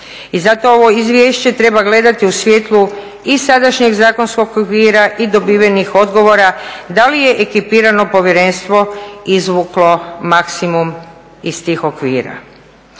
i zato ovo izvješće treba gledati u svjetlu i sadašnjeg zakonskog okvira i dobivenih odgovora da li je ekipirano povjerenstvo izvuklo maksimum iz tih okvira.